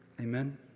Amen